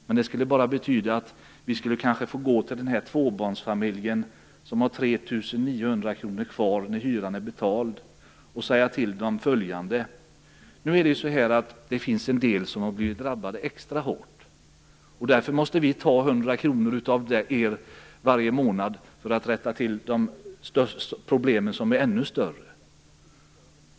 Men det skulle bara betyda att vi kanske skulle få gå till den tvåbarnsfamilj som har 3 900 kr kvar att leva på när hyran är betald och säga följande: Det finns människor som har blivit drabbade extra hårt. Därför måste vi ta 100 kr av er varje månad för att rätta till de problem som är ännu större.